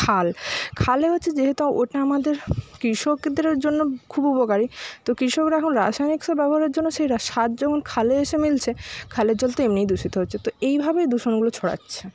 খাল খালে হচ্ছে যেহেতু ওটা আমাদের কৃষকদের জন্য খুব উপকারী তো কৃষকরা এখন রাসায়নিক সার ব্যবহারের জন্য সেই সার যখন খালে এসে মিলছে খালের জল তো এমনিই দূষিত হচ্ছে তো এইভাবে দূষণগুলো ছড়াচ্ছে